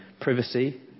privacy